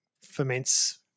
ferments